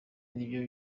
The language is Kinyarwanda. nibyo